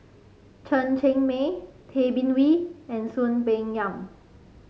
Chen Cheng Mei Tay Bin Wee and Soon Peng Yam